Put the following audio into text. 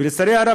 ולצערי הרב,